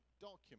document